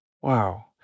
Wow